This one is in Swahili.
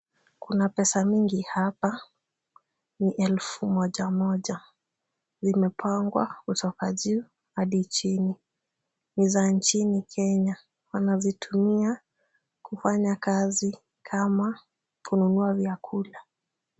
Kuna pesa mingi hapa. Ni elfu moja moja. Zimepangwa kutoka juu hadi chini. Ni za nchini Kenya. Wanazitumia kufanya kazi kama kununua vyakula.